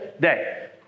day